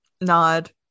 nod